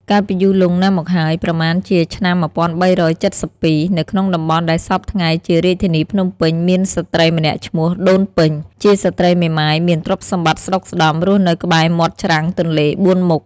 កាលពីយូរលង់ណាស់មកហើយ ប្រមាណជាឆ្នាំ ១៣៧២ នៅក្នុងតំបន់ដែលសព្វថ្ងៃជារាជធានីភ្នំពេញ មានស្ត្រីម្នាក់ឈ្មោះ ដូនពេញ ជាស្ត្រីមេម៉ាយមានទ្រព្យសម្បត្តិស្ដុកស្ដម្ភ រស់នៅក្បែរមាត់ច្រាំងទន្លេបួនមុខ។